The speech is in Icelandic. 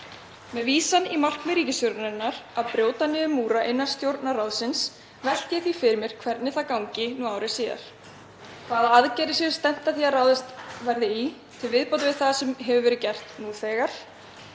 Með vísan í það markmið ríkisstjórnarinnar að brjóta niður múra innan Stjórnarráðsins velti ég því fyrir mér hvernig það gangi nú ári síðar, hvaða aðgerðir sé stefnt að því að ráðast í til viðbótar við það sem hefur verið gert nú þegar,